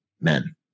men